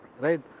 right